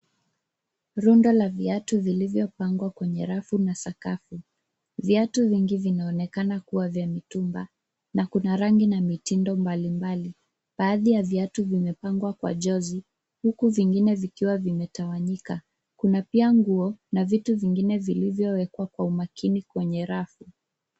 Rundo la viatu vilivyopangwa kwenye rafu na sakafu. Viatu vingi vinaonekana kuwa vya mitumba na kuna rangi na mitindo mbalimbali. Baadhi ya viatu vimepangwa kwa jozi huku vingine vikiwa vimetawanyika. Kuna pia nguo na vitu vingine vilivyowekwa kwa umakini kwenye rafu.